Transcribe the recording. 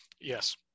Yes